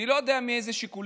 אני לא יודע מאיזה שיקולים,